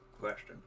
question